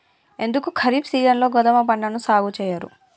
ఎందుకు ఖరీఫ్ సీజన్లో గోధుమ పంటను సాగు చెయ్యరు?